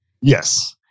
Yes